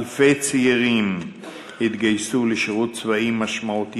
אלפי צעירים התגייסו לשירות צבאי משמעותי